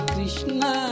Krishna